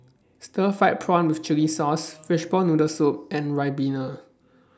Stir Fried Prawn with Chili Sauce Fishball Noodle Soup and Ribena